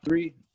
Three